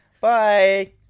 Bye